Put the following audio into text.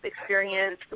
experience